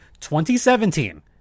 2017